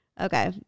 Okay